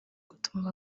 gutuma